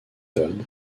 todd